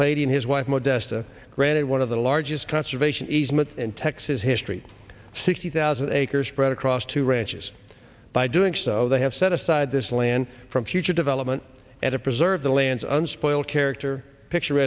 played his wife modesta granted one of the largest conservation easements in texas history sixty thousand acres spread across two ranches by doing so they have set aside this land from future development at a preserve the land's unspoiled character picture